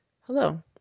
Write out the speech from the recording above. Hello